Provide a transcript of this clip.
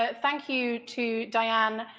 ah thank you to diane,